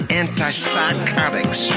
antipsychotics